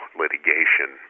litigation